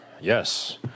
Yes